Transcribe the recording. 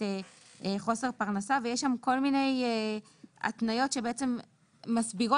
חוסר פרנסה) ויש שם כל מיני התניות שבעצם מסבירות.